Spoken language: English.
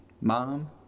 Mom